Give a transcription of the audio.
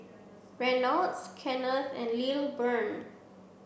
Reynolds Kenneth and Lilburn